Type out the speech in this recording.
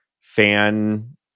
fan